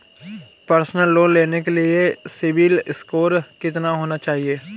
Personal loan लेने के लिए सिबिल स्कोर कितना होना चाहिए?